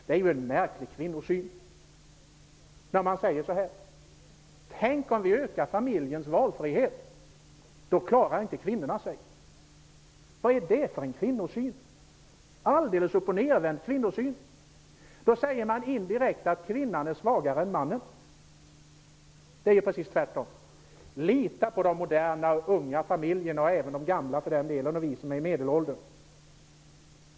Det är ju en märklig kvinnosyn när man säger: Om vi ökar familjens valfrihet klarar inte kvinnorna sig. Vad är det för en kvinnosyn? Det är en alldeles upp och ner-vänd kvinnosyn. Om man säger så säger man indirekt att kvinnan är svagare än mannen. Det är ju precis tvärtom. Lita på de moderna och unga familjerna, och även på de gamla och oss som är i medelåldern!